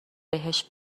بهش